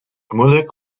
moeilijk